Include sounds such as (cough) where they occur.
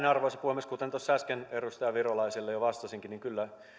(unintelligible) arvoisa puhemies kuten tuossa äsken edustaja virolaiselle jo vastasinkin kyllä